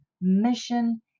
Mission